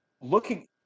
looking